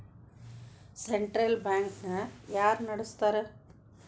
Central bank ನ ಯಾರ್ ನಡಸ್ತಾರ?